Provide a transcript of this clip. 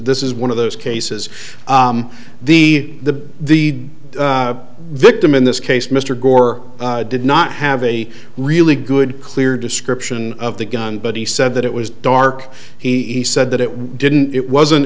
this is one of those cases the the the victim in this case mr gore did not have a really good clear description of the gun but he said that it was dark he said that it was didn't it wasn't